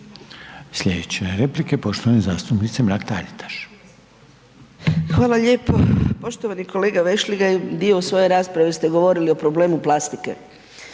Slijedeća je replika poštovane zastupnice Mrak Taritaš. **Mrak-Taritaš, Anka (GLAS)** Hvala lijepo. Poštovani kolega Vešligaj, dio svoje rasprave ste govorili o problemu plastike.